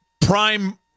prime